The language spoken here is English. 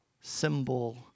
symbol